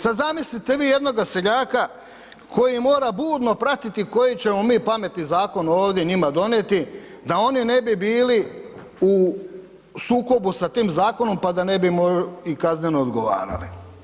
Sad zamislite vi jednoga seljaka koji mora burno pratiti koji ćemo mi pametni zakon ovdje njima donijeti da oni ne bi bili u sukobu sa tim zakonom pa da ne bi i kazneno odgovarali.